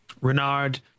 Renard